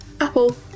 Apple